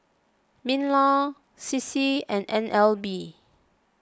MinLaw C C and N L B